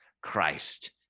Christ